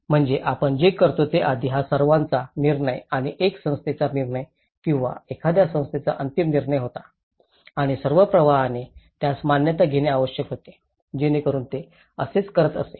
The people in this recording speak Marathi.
म्हणजे आपण जे करतो ते आधी हा सर्वांचा निर्णय आणि एका संस्थेचा निर्णय किंवा एखाद्या संस्थेचा अंतिम निर्णय होता आणि सर्व प्रवाहाने त्यास मान्यता घेणे आवश्यक होते जेणेकरून ते असेच करत असे